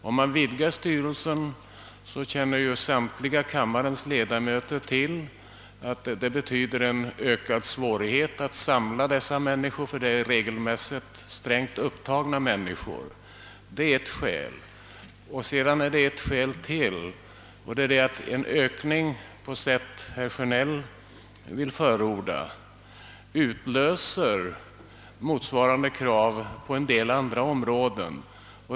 Om man vidgar styrelsen innebär detta — det känner samtliga kammarens ledamöter till — att svårigheterna att samla styrelsen ökas, ty det rör sig regelmässigt om strängt upptagna personer. Detta är ett skäl. Och ett ytterligare skäl är att en ökning på sätt herr Sjönell vill förorda utlöser motsvarande krav på en del andra områden.